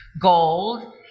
Gold